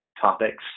topics